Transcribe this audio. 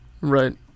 right